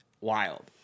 wild